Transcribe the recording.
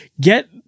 get